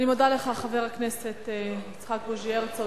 אני מודה לך, חבר הכנסת יצחק בוז'י הרצוג.